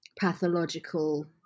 pathological